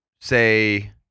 say